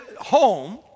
home